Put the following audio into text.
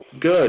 Good